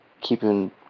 keeping